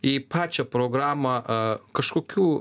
į pačią programą kažkokių